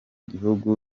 gihugu